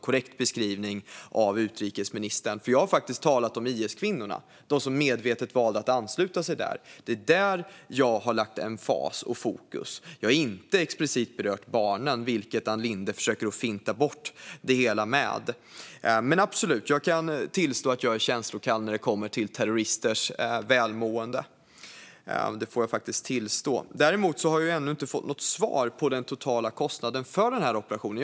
För jag har faktiskt talat om IS-kvinnorna, de som medvetet valt att ansluta sig. Det är där jag har lagt emfas och fokus. Jag har inte explicit berört barnen, som Ann Linde försöker finta bort det hela med. Men absolut - jag kan tillstå att jag är känslokall när det gäller terroristers välmående. Däremot har jag ännu inte fått något svar gällande den totala kostnaden för den här operationen.